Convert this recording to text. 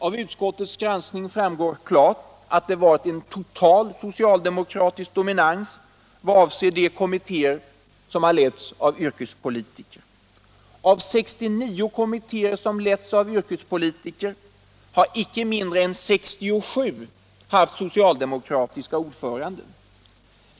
Av utskottets granskning framgår klart att det varit en total socialdemokratisk dominans vad avser de kommittéer som har letts av yrkespolitiker. Av de 69 kommittéer som letts av sådana har inte mindre än 67 haft socialdemokratiska ordförande.